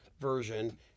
version